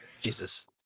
Jesus